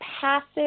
passive